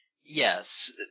Yes